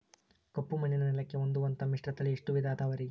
ಕಪ್ಪುಮಣ್ಣಿನ ನೆಲಕ್ಕೆ ಹೊಂದುವಂಥ ಮಿಶ್ರತಳಿ ಎಷ್ಟು ವಿಧ ಅದವರಿ?